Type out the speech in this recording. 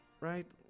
right